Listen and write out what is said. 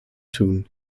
tun